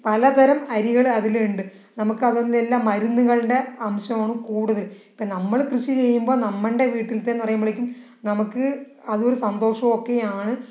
പലതരം അരികൾ അതിലുണ്ട് നമുക്ക് അതിന്റെയെല്ലാം മരുന്നുകളുടെ അംശമാണ് കൂടുതൽ ഇപ്പോൾ നമ്മള് കൃഷി ചെയ്യുമ്പോൾ നമ്മളുടെ വീട്ടിലത്തെയെന്ന് പറയുമ്പോഴേക്കും നമുക്ക് അതൊരു സന്തോഷം ഒക്കെയാണ്